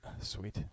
Sweet